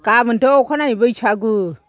गाबोनथ' अखानायै बैसागु